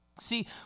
See